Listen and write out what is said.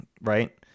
right